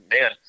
Man